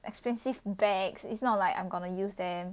expensive bags it's not like I'm gonna use them